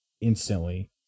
instantly